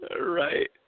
right